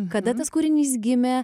kada tas kūrinys gimė